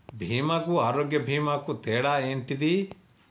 బీమా కు ఆరోగ్య బీమా కు తేడా ఏంటిది?